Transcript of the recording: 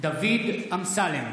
דוד אמסלם,